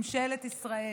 ממשלת ישראל.